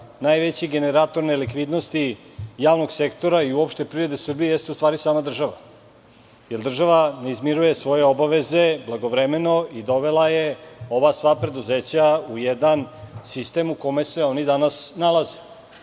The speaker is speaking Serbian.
najveći generator nelikvidnosti javnog sektora i uopšte privrede Srbije, jeste ustvari sama država, jer država ne izmiruje svoje obaveze blagovremeno i dovela je ova sva preduzeća u jedan sistem u kome se oni danas nalaze. Kritika